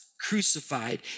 crucified